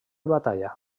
batalla